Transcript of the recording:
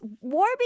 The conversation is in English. Warby